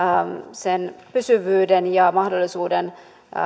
sen pysyvyyden ja mahdollisuuden